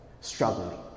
struggling